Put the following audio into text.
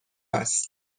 است